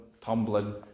tumbling